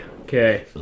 Okay